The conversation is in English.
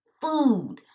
food